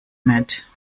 mit